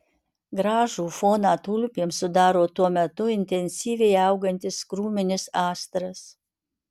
gražų foną tulpėms sudaro tuo metu intensyviai augantis krūminis astras